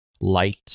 light